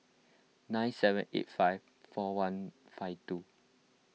nine seven eight five four one five two